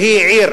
שהיא עיר